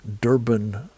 Durban